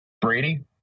Brady